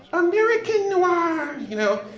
american noir. you know,